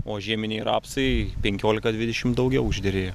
o žieminiai rapsai penkiolika dvidešimt daugiau užderėjo